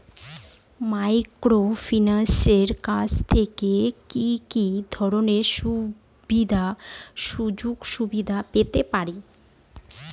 মাইক্রোফিন্যান্সের কাছ থেকে কি কি ধরনের সুযোগসুবিধা পেতে পারি?